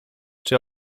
czy